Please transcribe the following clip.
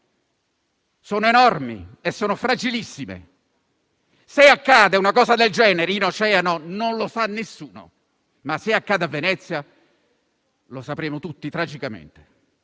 sono enormi e sono fragilissime. Se accade una cosa del genere nell'Oceano, non lo sa nessuno, ma se accade a Venezia lo sapremo tutti tragicamente.